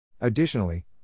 Additionally